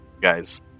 guys